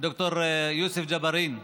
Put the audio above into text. ד"ר יוסף ג'בארין,